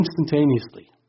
instantaneously